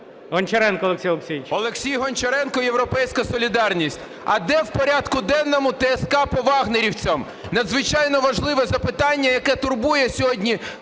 Олексій Гончаренко, "Європейська солідарність". А де в порядку денному ТСК по "вагнерівцям"? Надзвичайно важливе запитання, яке турбує сьогодні